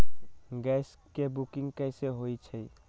Gas के booking कैसे होईछई?